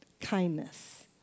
kindness